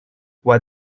what